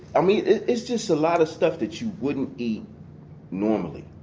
i mean, it's just a lot of stuff that you wouldn't eat normally.